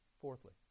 fourthly